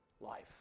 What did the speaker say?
life